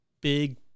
big